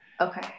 Okay